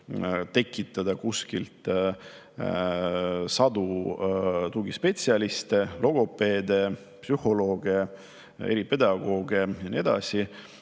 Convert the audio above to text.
tekitada sadu tugispetsialiste, logopeede, psühholooge, eripedagooge ja nii edasi.